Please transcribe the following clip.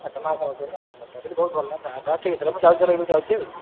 ଆଚ୍ଛା ମାଆ ପାଉଛନ୍ତି ନା ଆଚ୍ଛା ସେଠି ବହୁତ ଭଲ ତାହେଲେ ତା ଠିକ ଅଛି ମୁଁ ଯାଉଛି ତାହେଲେ ଏଠୁ ଯାଉଛି ଆଉ